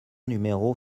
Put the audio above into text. numéro